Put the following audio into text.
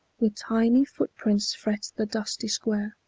with tiny footprints fret the dusty square,